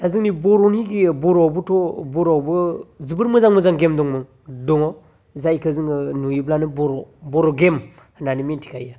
दा जोंनि बर'नि गे बर'आवबोथ' बर'आवबो जोबोर मोजां मोजां गेम दंमोन दङ जायखौ जोङो नुयोब्लानो बर' बर' गेम होन्नानै मिथिखायो